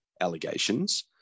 allegations